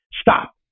stop